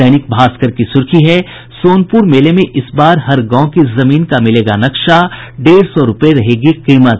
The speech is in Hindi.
दैनिक भास्कर की सुर्खी है सोनपुर मेले में इस बार हर गांव की जमीन का मिलेगा नक्शा डेढ़ सौ रूपये रहेगी कीमत